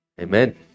Amen